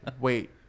wait